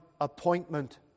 appointment